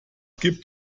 gibt